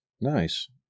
Nice